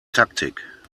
taktik